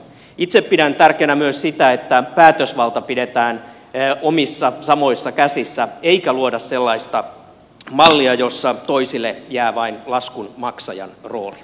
itse pidän tärkeänä myös sitä että päätösvalta pidetään omissa samoissa käsissä eikä luoda sellaista mallia jossa toisille jää vain laskunmaksajan rooli